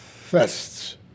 fests